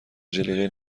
جلیقه